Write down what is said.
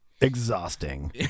exhausting